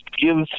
gives